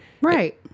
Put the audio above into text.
Right